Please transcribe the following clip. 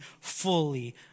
fully